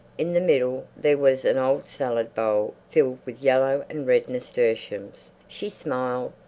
in the middle there was an old salad bowl filled with yellow and red nasturtiums. she smiled,